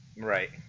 Right